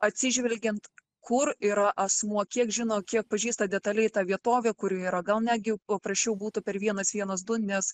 atsižvelgiant kur yra asmuo kiek žino kiek pažįsta detaliai tą vietovę kurioje yra gal netgi paprasčiau būtų per vienas vienas du nes